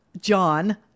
John